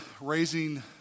raising